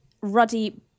ruddy